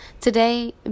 Today